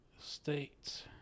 states